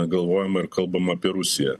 galvojama ir kalbama apie rusiją